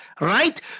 Right